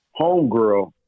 homegirl